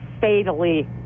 fatally